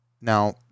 Now